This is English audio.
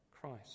Christ